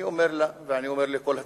אני אומר לה ואני אומר לכל הציבור: